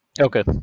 Okay